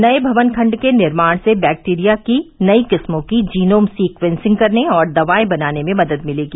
नए भवन खंड के निर्माण से बैक्टीरिया की नई किस्मों की जीनोम सीक्येंसिंग करने और दवाएं बनाने में मदद मिलेगी